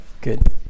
Good